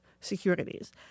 securities